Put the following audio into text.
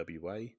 WA